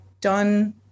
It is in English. done